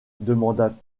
demanda